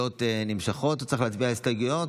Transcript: שההסתייגויות נמשכות ושלא צריך להצביע על הסתייגויות?